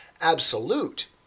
absolute